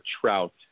Trout